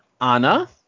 Anna